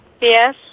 Yes